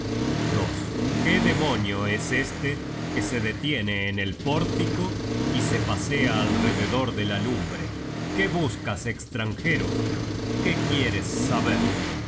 tí qué demonio es este que se detiene en el pórtico y se pasea alrededor de la lumbre qué buscas estranjero qué quieres saber